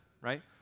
right